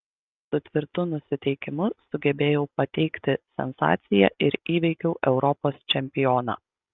su tvirtu nusiteikimu sugebėjau pateikti sensaciją ir įveikiau europos čempioną